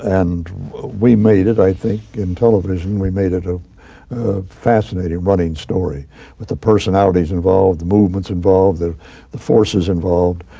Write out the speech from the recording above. and we made it, i think in television, we made it a fascinating running story with the personalities involved, movements involved, the the forces involved.